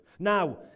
Now